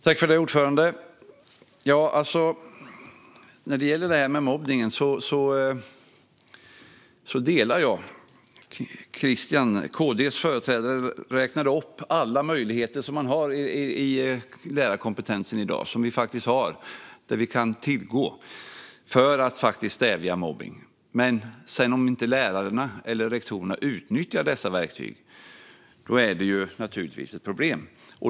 Fru talman! Christian Carlsson, Kristdemokraternas företrädare, räknade upp alla möjligheter som finns i lärarkompetensen i dag och som vi kan tillgå för att stävja mobbning. Detta delar jag. Om lärare och rektorer sedan inte utnyttjar dessa verktyg är det naturligtvis ett problem.